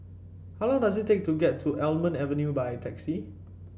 how long does it take to get to Almond Avenue by taxi